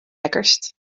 lekkerst